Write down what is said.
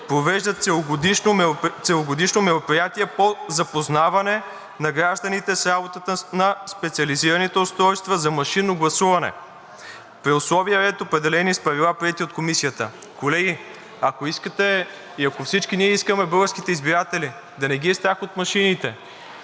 провеждат целогодишно мероприятие по запознаване на гражданите с работата на специализираните устройства за машинно гласуване при условия и ред, определени с правила, приети от Комисията.“ Колеги, ако искате и ако всички ние искаме българските избиратели да не ги страх от машините,